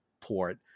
port